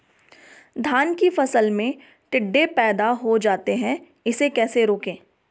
धान की फसल में टिड्डे पैदा हो जाते हैं इसे कैसे रोकें?